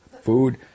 food